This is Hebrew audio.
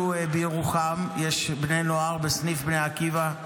בירוחם יש בני נוער בסניף בני עקיבא.